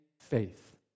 faith